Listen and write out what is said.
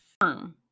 firm